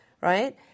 right